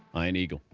ian eagle,